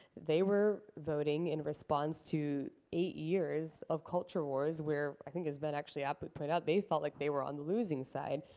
they were voting in response to eight years of culture wars where, i think as ben actually aptly pointed out, they felt like they were on the losing side.